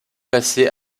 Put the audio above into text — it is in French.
passées